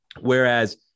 whereas